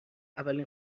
اولین